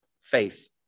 Faith